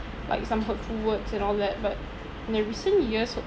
like some hurtful words and all that but in the recent years